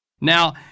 Now